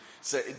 Say